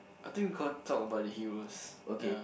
I think we got to talk about the heroes ya